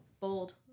bold